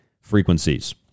frequencies